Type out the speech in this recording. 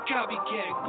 Copycat